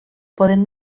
podem